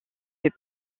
fait